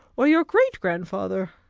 or your great-grandfather.